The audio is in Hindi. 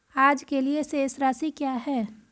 आज के लिए शेष राशि क्या है?